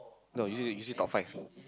no you say you say top five